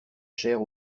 chère